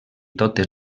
totes